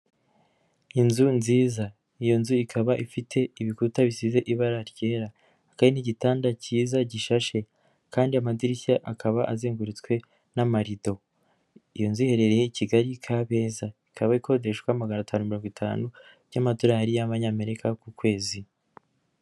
Inzu nziza, iyo nzu ikaba ifite ibikuta bisize ibara ryera, akaba ari n'igitanda cyiza gishashe kandi amadirishya akaba azengurutswe n'amarido, iyo nzu iherereye Kigali Kabeza, ikaba ikodeshwa magana atanu mirongo itanu by'amadolari y'Abanyamerika ku kwezi.